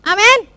Amen